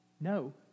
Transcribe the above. No